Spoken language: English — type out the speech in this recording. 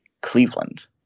Cleveland